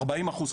ארבעים אחוז,